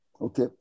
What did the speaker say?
Okay